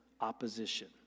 opposition